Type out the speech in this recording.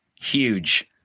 huge